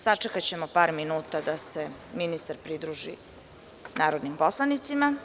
Sačekaćemo par minuta da se ministar pridruži narodnim poslanicima.